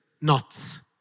knots